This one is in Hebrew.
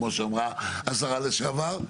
כמו שאמרה השרה לשעבר,